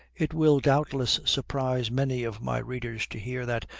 it will, doubtless, surprise many of my readers to hear that,